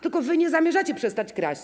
Tylko wy nie zamierzacie przestać kraść.